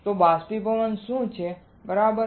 તો બાષ્પીભવન શું છે બરાબર